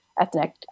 ethnic